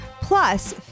plus